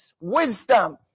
Wisdom